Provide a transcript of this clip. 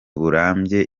burambye